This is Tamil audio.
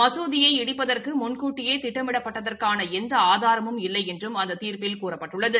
மசூதியை இடிப்பதற்கு முள்கூட்டியே திட்டமிடப்பட்டதற்கான எந்த ஆதாரமும் இல்லை என்றும் அந்த தீர்ப்பில் கூறப்பட்டுள்ளது